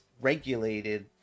regulated